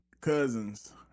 cousins